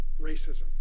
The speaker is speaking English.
racism